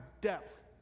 depth